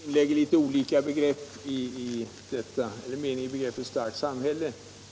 Herr talman! Herr Alsén och jag kanske inlägger litet olika mening i uttrycket starkt samhälle.